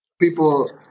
People